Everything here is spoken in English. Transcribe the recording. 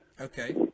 Okay